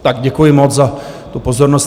Tak děkuji moc za tu pozornost.